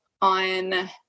on